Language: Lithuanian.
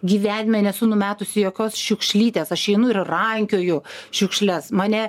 gyvenime nesu numetusi jokios šiukšlytės aš einu ir rankioju šiukšles mane